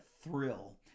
thrill